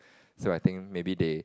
so I think maybe they